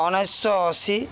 ଉଣେଇଶ ଅଶୀ